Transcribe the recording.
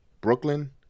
Brooklyn